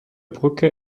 brücke